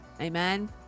Amen